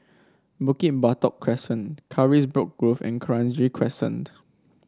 Bukit Batok Crescent Carisbrooke Grove and Kranji Crescent